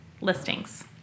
listings